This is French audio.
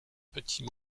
petit